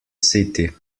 city